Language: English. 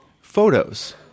photos